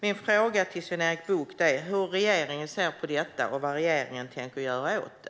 Min fråga till Sven-Erik Bucht är: Hur ser regeringen på detta, och vad tänker regeringen göra åt det?